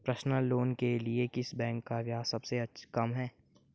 Personal loan के लिए किस बैंक का ब्याज सबसे कम है?